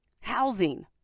Housing